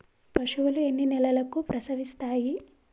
పశువులు ఎన్ని నెలలకు ప్రసవిస్తాయి?